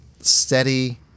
Steady